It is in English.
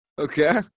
Okay